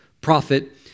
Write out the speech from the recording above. prophet